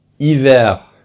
hiver